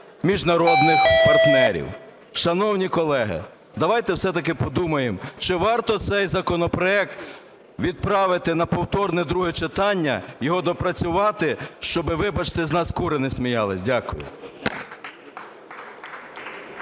міжнародних партнерів. Шановні колеги, давайте все-таки подумаємо, чи варто цей законопроект відправити на повторне друге читання, його доопрацювати, щоби, вибачте, з нас кури не сміялися. Дякую.